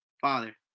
father